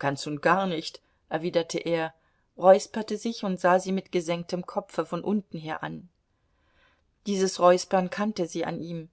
ganz und gar nicht erwiderte er räusperte sich und sah sie mit gesenktem kopfe von unten her an dieses räuspern kannte sie an ihm